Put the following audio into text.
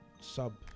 sub